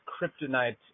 kryptonite